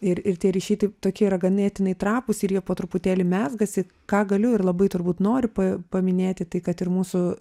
ir ir tie ryšiai taip tokie yra ganėtinai trapūs ir jie po truputėlį mezgasi ką galiu ir labai turbūt noriu pa paminėti tai kad ir mūsų